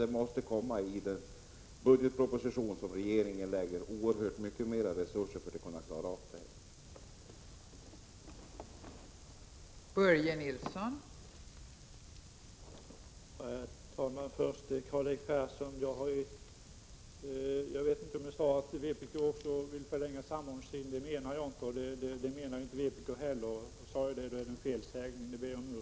Det måste i budgetpropositionen anslås oerhört mycket mer resurser för att klara av det hela.